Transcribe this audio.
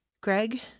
Greg